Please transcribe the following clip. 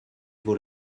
vaut